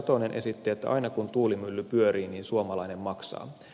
satonen esitti että aina kun tuulimylly pyörii niin suomalainen maksaa